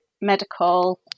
medical